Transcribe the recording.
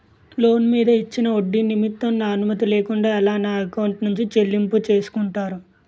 Loan మీద ఇచ్చిన ఒడ్డి నిమిత్తం నా అనుమతి లేకుండా ఎలా నా ఎకౌంట్ నుంచి చెల్లింపు చేసుకుంటారు?